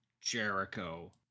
Jericho